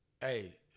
Hey